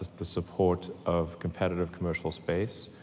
the support of competitive commercial space,